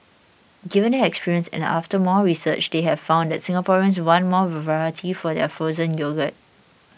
given their experience and after more research they have found that Singaporeans want more variety for their frozen yogurt